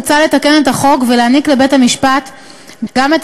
מוצע לתקן את החוק ולהעניק לבית-המשפט גם את